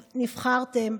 נבחרתם,